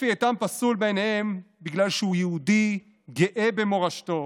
אפי איתם פסול בעיניהם בגלל שהוא יהודי גאה במורשתו,